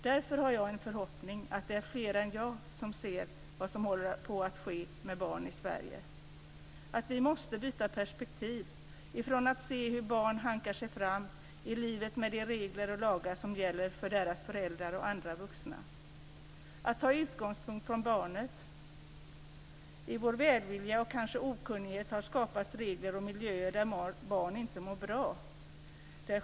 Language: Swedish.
Därför har jag en förhoppning om att det är fler än jag som ser vad som håller på att ske med barnen i Sverige. Vi måste byta perspektiv ifrån att se hur barn hankar sig fram i livet med lagar och regler som gäller för deras föräldrar och andra vuxna till att ta vår utgångspunkt från barnet. I vår välvilja och kanske av okunnighet har det skapats regler och miljöer där barn inte mår bra.